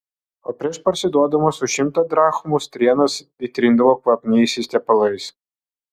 o prieš parsiduodamos už šimtą drachmų strėnas įtrindavo kvapniaisiais tepalais